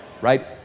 right